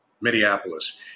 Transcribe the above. Minneapolis